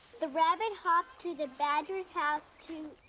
the rabbit hopped to the badger's house to,